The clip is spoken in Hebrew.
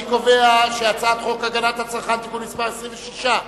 אני קובע שחוק הגנת הצרכן (תיקון מס' 26),